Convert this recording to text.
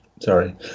Sorry